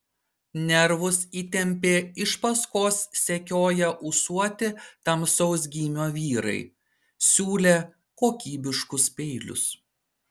nervus įtempė iš paskos sekioję ūsuoti tamsaus gymio vyrai siūlę kokybiškus peilius